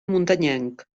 muntanyenc